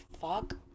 fuck